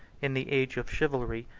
in the age of chivalry,